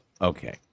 Okay